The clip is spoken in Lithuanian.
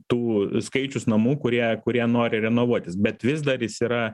tų skaičius namų kurie kurie nori renovuotis bet vis dar jis yra